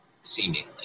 Seemingly